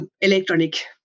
electronic